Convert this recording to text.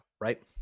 right